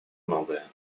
многое